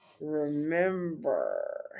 remember